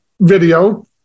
video